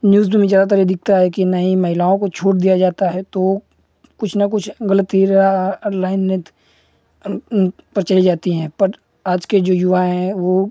news में ज़्यादातर दिखता है कि नहीं महिलाओं को छूट दी जाती है तो कुछ न कुछ गलती लाइन लेन्ग्थ पर चली जाती हैं पर आज के जो युवा हैं वह